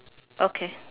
okay